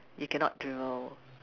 you cannot dribble